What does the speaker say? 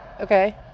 okay